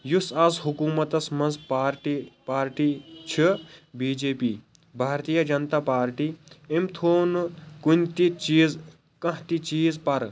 یُس آز حُکوٗمَتس منٛز پارٹی پارٹی چھِ B J P Bharatiya Janata Party أمۍ تھوو نہٕ کُنہِ تہِ چیٖز کانٛہہ تہِ چیٖز پرٕ